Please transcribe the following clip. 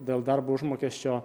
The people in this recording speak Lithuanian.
dėl darbo užmokesčio